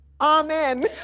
amen